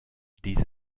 dies